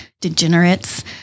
degenerates